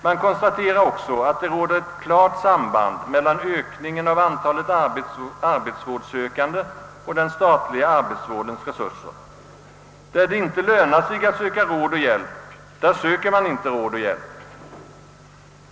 Man konstaterar också att det råder ett klart samband mellan ökningen av antalet arbetsvårdssökande och den statliga arbetsvårdens resurser. Där det inte lönar sig att söka råd och hjälp, där söker man inte råd och hjälp.